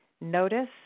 notice